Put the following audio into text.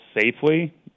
safely